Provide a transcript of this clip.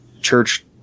church